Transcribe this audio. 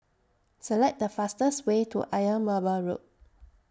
Select The fastest Way to Ayer Merbau Road